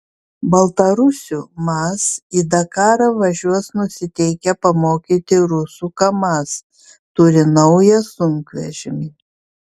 baltarusių maz į dakarą važiuos nusiteikę pamokyti rusų kamaz turi naują sunkvežimį